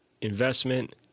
investment